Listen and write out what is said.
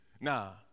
Nah